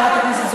סלמאת,